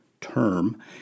term